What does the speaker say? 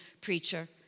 preacher